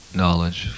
knowledge